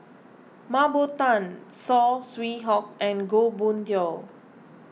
Mah Bow Tan Saw Swee Hock and Goh Boon Tioe